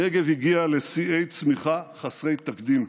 הנגב הגיע לשיאי צמיחה חסרי תקדים: